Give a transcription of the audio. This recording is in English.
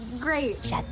great